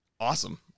Awesome